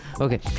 Okay